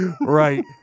Right